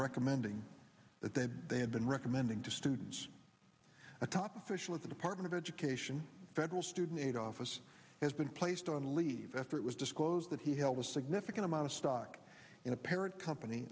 recommending that they they have been recommending to students a top official of the department of education federal student aid office has been placed on leave after it was disclosed that he held a significant amount of stock in a parent company